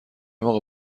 موقع